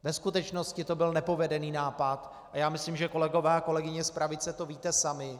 Ve skutečnosti to byl nepovedený nápad a já myslím, že kolegové a kolegyně z pravice to víte sami.